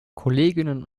kolleginnen